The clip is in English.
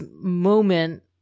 moment